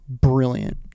brilliant